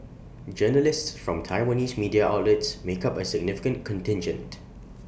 journalists from Taiwanese media outlets make up A significant contingent